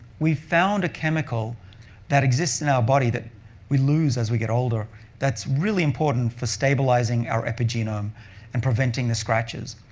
we found a chemical that exists in our body that we lose as we get older that's really important for stabilizing our genome and preventing the scratches.